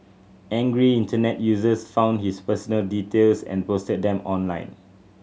angry Internet users found his personal details and posted them online